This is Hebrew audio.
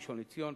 ראשון-לציון,